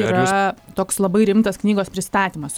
yra toks labai rimtas knygos pristatymas su anotacija neišsisuksi